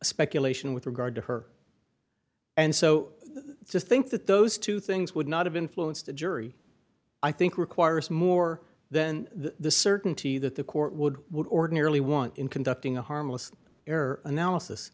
speculation with regard to her and so i just think that those two things would not have influenced the jury i think requires more than the certainty that the court would would ordinarily want in conducting a harmless error analysis